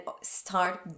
start